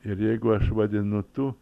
ir jeigu aš vadinu tu